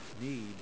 need